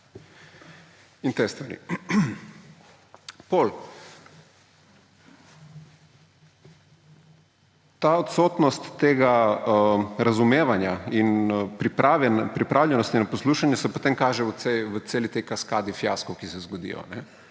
in te stvari. Potem se ta odsotnost tega razumevanja in pripravljenosti poslušati kaže v celi tej kaskadi fiaskov, ki se zgodijo.